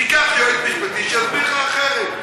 תיקח יועץ משפטי שיסביר לך אחרת.